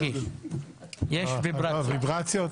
מה, ויברציות?